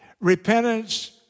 Repentance